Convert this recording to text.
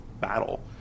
battle